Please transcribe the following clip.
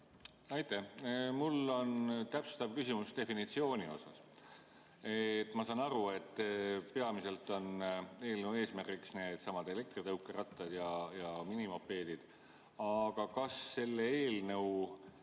Aitäh! Mul on täpsustav küsimus definitsiooni kohta. Ma saan aru, et peamiselt on eelnõu eesmärgiks needsamad elektritõukerattad ja minimopeedid, aga kas selle eelnõu